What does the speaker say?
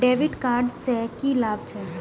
डेविट कार्ड से की लाभ छै?